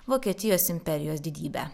vokietijos imperijos didybę